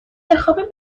بخوابیم